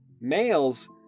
Males